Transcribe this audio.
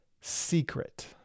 secret